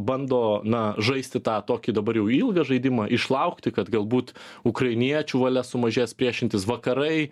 bando na žaisti tą tokį dabar jau ilgą žaidimą išlaukti kad galbūt ukrainiečių valia sumažės priešintis vakarai